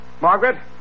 Margaret